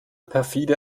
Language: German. perfide